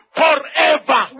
forever